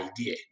idea